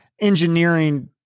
engineering